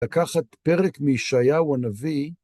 לקחת פרק מישעיהו הנביא